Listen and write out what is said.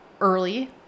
early